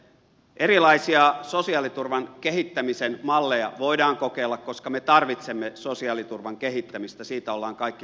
erilaisia sosiaaliturvan kehittämisen malleja voidaan kokeilla koska me tarvitsemme sosiaaliturvan kehittämistä siitä olemme kaikki samaa mieltä